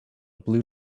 blue